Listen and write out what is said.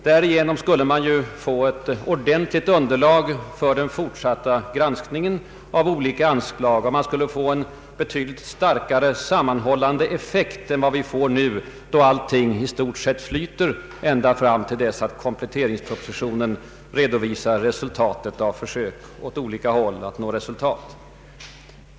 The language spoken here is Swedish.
Därigenom skulle man få ett ordentligt underlag för den fortsatta granskningen av olika anslag och vidare en betydligt starkare sammanhållande effekt än nu, då allting i stort sett flyter ända fram till dess att i samband med kompletteringspropositionen redovisas det samlade resultatet av vårens arbete.